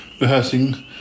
rehearsing